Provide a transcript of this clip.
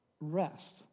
rest